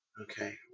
okay